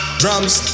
drums